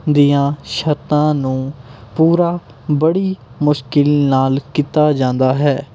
ਦੀਆਂ ਸ਼ਰਤਾਂ ਨੂੰ ਪੂਰਾ ਬੜੀ ਮੁਸ਼ਕਿਲ ਨਾਲ਼ ਕੀਤਾ ਜਾਂਦਾ ਹੈ